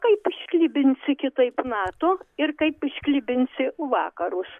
kaip išklibinsi kitaip nato ir kaip išklibinsi vakarus